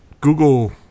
Google